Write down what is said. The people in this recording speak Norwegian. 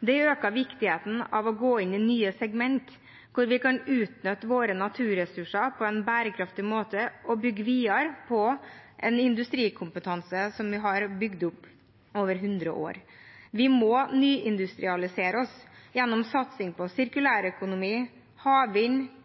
Det øker viktigheten av å gå inn i nye segment, hvor vi kan utnytte våre naturressurser på en bærekraftig måte og bygge videre på en industrikompetanse, som vi har bygd opp over 100 år. Vi må nyindustrialisere oss gjennom satsing på sirkulærøkonomi, havvind,